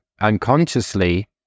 Unconsciously